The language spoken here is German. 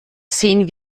sehen